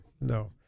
no